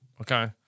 Okay